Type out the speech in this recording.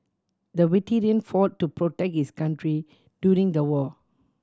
the veteran fought to protect his country during the war